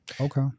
Okay